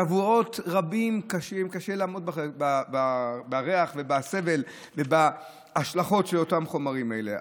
שבועות רבים קשה לעמוד בריח ובסבל ובהשלכות של החומרים האלה.